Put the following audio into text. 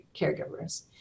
caregivers